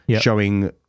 showing